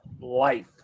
life